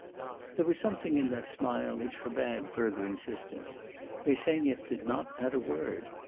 there was something in that smile which forbade further insistence bersenyev did not add a word.